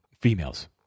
females